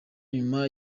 nyuma